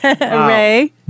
Ray